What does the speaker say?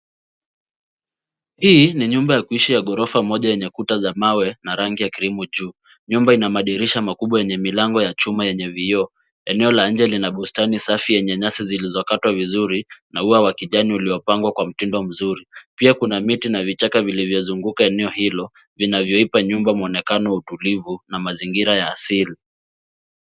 Hii ni nyumba ya kuishi ya ghorofa moja, yenye kuta za mawe na rangi ya krimu juu. Nyumba ina madirisha makubwa yenye milango ya chuma yenye vioo. Eneo la nje lina bustani safi, yenye nyasi zilizokatwa vizuri na ua wa kijani, uliopangwa kwa mtindo mzuri. Pia kuna miti na vichaka vilivyozunguka eneo hilo, vinavyoipa nyumba mwonekano wa utulivu na mazingira ya asili.